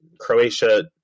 Croatia